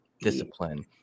discipline